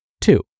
Two